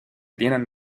tienen